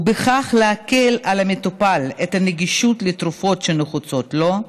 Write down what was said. ובכך להקל על המטופל את הגישה לתרופות שנחוצות לו,